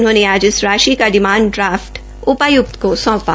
उन्होंने आज इस राशि का डिमांड ड्राफ्ट उ ाय्क्त को सौं ा